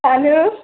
जानो